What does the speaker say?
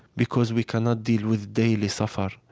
because we cannot deal with daily suffer,